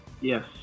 Yes